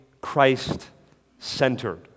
Christ-centered